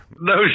No